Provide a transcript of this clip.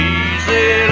easy